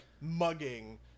mugging